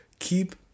Keep